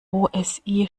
osi